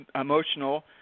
emotional